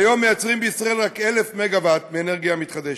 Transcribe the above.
כיום מייצרים בישראל רק כ-1,000 מגה-ואט מאנרגיה מתחדשת,